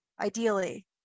ideally